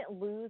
lose